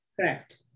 Correct